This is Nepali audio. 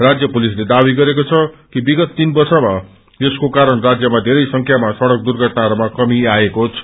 राष्य पुसिसले चावी गरेको छ कि विगत तीन वर्षामा यसको कारण राष्यमा बेरै संख्यामा सड़क दुर्घटनाहरूमा कमी आएको छ